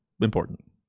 important